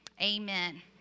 Amen